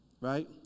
right